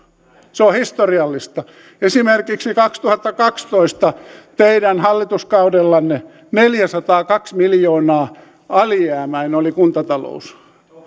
se on historiallista esimerkiksi kaksituhattakaksitoista teidän hallituskaudellanne neljäsataakaksi miljoonaa alijäämäinen oli kuntatalous